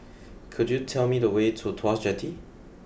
could you tell me the way to Tuas Jetty